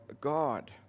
God